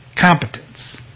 competence